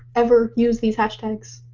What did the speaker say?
ever use these hashtags.